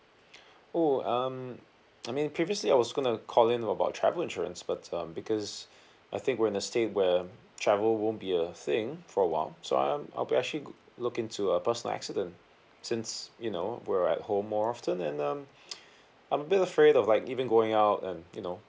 oh um I mean previously I was going to call in about travel insurance but um because I think we're in a state where travel won't be a thing for a while so I'm I'll be actually g~ looking to a personal accident since you know we're at home more often and um I'm a bit afraid of like even going out and you know